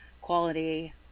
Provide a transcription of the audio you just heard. quality